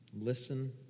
listen